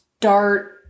Start